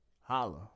Holla